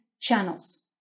channels